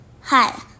hi